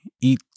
eat